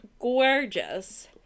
gorgeous